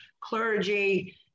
clergy